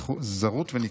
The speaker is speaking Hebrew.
זרות וניכור".